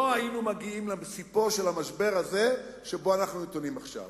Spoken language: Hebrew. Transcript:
לא היינו מגיעים לספו של המשבר הזה שבו אנחנו נתונים עכשיו.